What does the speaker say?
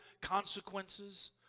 consequences